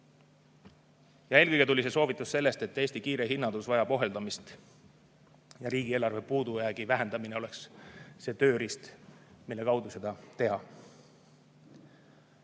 Eelkõige tuli see soovitus sellest, et Eesti kiire hinnatõus vajab ohjeldamist ja riigieelarve puudujäägi vähendamine oleks see tööriist, mille kaudu seda teha.